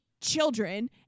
children